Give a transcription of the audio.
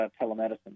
telemedicine